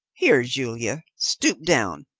here, julia, stoop down,